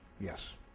Yes